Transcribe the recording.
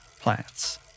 Plants